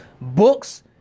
Books